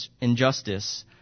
injustice